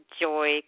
joy